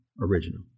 original